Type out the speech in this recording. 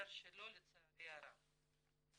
מתברר שלא לצערי הרב.